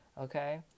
okay